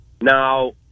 Now